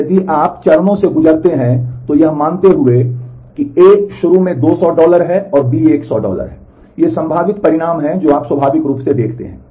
और यदि आप चरणों से गुजरते हैं तो यह मानते हुए कि A शुरू में 200 डॉलर है और B 100 डॉलर है ये संभावित परिणाम हैं जो आप स्वाभाविक रूप से देखते हैं